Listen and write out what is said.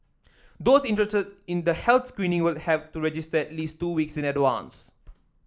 those interested in the health screening will have to register at least two weeks in advance